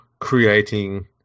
creating